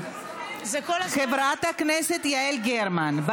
חברת הכנסת יעל גרמן,